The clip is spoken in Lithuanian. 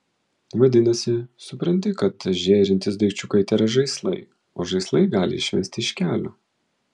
vadinasi supranti kad žėrintys daikčiukai tėra žaislai o žaislai gali išvesti iš kelio